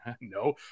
No